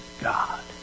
God